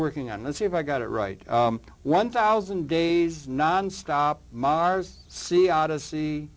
working on let's see if i got it right one thousand days nonstop mars sea odyssey